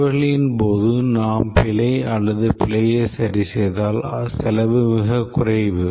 தேவைகளின் போது நாம் பிழை அல்லது பிழையை சரிசெய்தால் செலவு மிகக் குறைவு